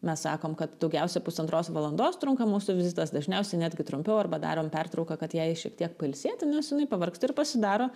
mes sakom kad daugiausia pusantros valandos trunka mūsų vizitas dažniausiai netgi trumpiau arba darom pertrauką kad jei šiek tiek pailsėti nes jinai pavargsta ir pasidaro